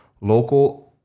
local